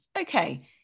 okay